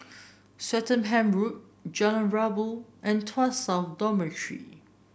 Swettenham Road Jalan Rabu and Tuas South Dormitory